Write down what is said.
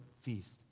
feast